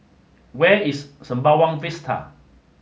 where is Sembawang Vista